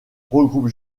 regroupe